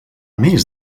més